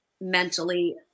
mentally